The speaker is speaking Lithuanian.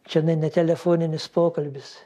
čionai ne telefoninis pokalbis